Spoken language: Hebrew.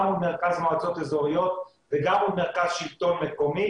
גם מול מרכז מועצות אזוריות וגם מול מרכז שלטון מקומי